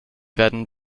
werden